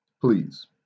please